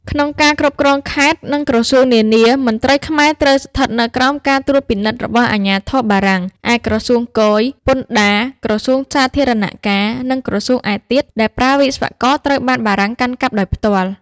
ក្នុងការគ្រប់គ្រងខេត្ត និងក្រសួងនានា មន្ត្រីខ្មែរត្រូវស្ថិតនៅក្រោមការត្រួតពិនិត្យរបស់អាជ្ញាធរបារាំង ឯក្រសួងគយ ពន្ធដារ ក្រសួងសាធារណការ និងក្រសួងឯទៀតដែលប្រើវិស្វករ ត្រូវបានបារាំងកាន់កាប់ដោយផ្ទាល់។